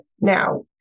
now